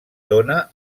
dóna